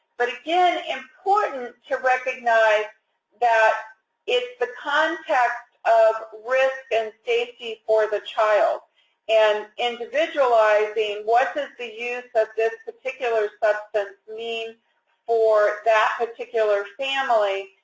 but again, important to recognize that it's the context of risk and safety for the child and individualizing, what does the use of this particular substance mean for that particular family,